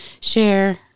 share